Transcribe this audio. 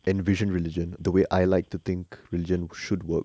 envision religion the way I like to think religion should work